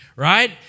Right